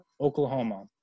Oklahoma